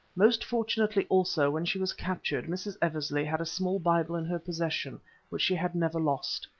most fortunately also when she was captured, mrs. eversley had a small bible in her possession which she had never lost.